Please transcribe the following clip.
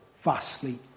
vastly